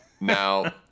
Now